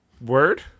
Word